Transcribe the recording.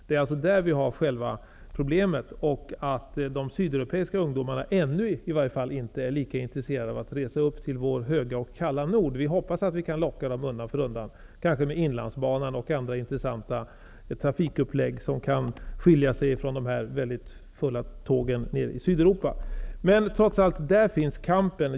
Ett annat problem är att de sydeuropeiska ungdomarna -- i varje fall inte ännu -- inte är intresserade av att resa upp till vår höga och kalla nord. Vi hoppas att vi kan locka dem undan för undan, kanske med inlandsbanan och andra intressanta trafikupplägg, som kan skilja sig från de fulla tågen nere i Sydeuropa.